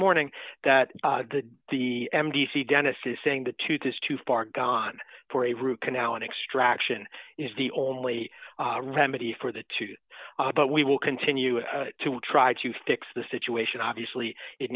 morning that the the m d c dentist is saying the tooth is too far gone for a root canal and extraction is the only remedy for the tooth but we will continue to try to fix the situation obviously it